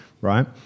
right